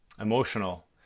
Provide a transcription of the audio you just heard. emotional